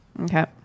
Okay